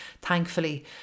thankfully